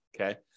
Okay